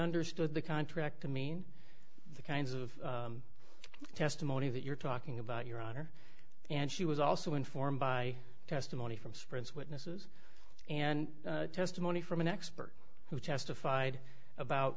understood the contract to mean the kinds of testimony that you're talking about your honor and she was also informed by testimony from sprint's witnesses and testimony from an expert who testified about